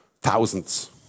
thousands